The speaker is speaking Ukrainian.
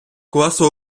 класу